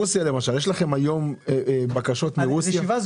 רוסיה למשל, יש לכם היום בקשות מרוסיה?